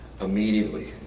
immediately